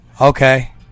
Okay